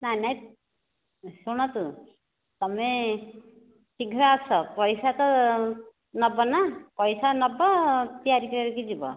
ନାହିଁ ନାହିଁ ଶୁଣନ୍ତୁ ତୁମେ ଶୀଘ୍ର ଆସ ପଇସା ତ ନେବ ନାଁ ପଇସା ନେବ ତିଆରି କରିକି ଯିବ